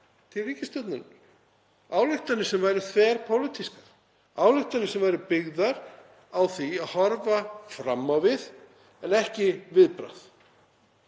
til ríkisstjórnarinnar, ályktanir sem væru þverpólitískar, ályktanir sem væru byggðar á því að horfa fram á við en ekki viðbragð.